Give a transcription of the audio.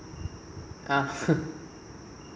(uh huh)